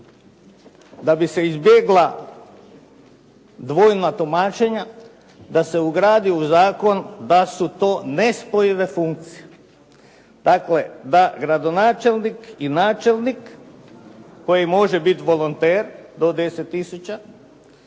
da bi se izbjegla dvojna tumačenja da se ugradi u zakon da su to nespojive funkcije. Dakle, da gradonačelnik i načelnik koji može biti volonter do 10000